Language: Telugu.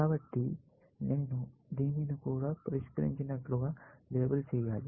కాబట్టి నేను దీనిని కూడా పరిష్కరించినట్లు లేబుల్ చేయాలి